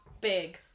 big